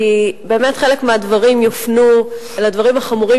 כי באמת חלק מהדברים יופנו אל הדברים החמורים